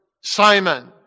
Simon